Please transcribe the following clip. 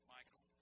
Michael